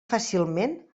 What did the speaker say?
fàcilment